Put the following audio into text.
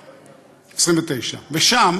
1929. ושם